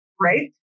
right